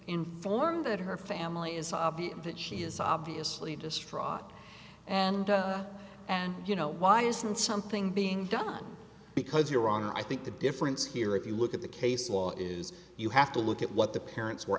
informed that her family is obvious that she is obviously distraught and into and you know why isn't something being done because you're wrong i think the difference here if you look at the case law is you have to look at what the parents were